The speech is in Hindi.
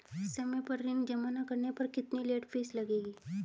समय पर ऋण जमा न करने पर कितनी लेट फीस लगेगी?